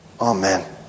Amen